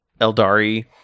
Eldari